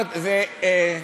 שיחגגו, מה אכפת לי.